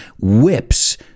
whips